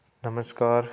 ਨਮਸਕਾਰ